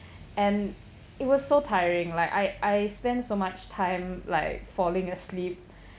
and it was so tiring like I I spend so much time like falling asleep